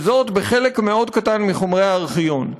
ובחלק מאוד קטן מחומרי הארכיון.